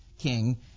king